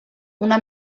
una